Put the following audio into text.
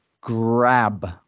grab